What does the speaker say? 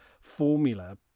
formula